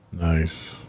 nice